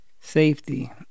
Safety